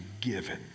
given